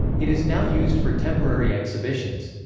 it is now used for temporary exhibitions.